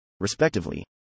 respectively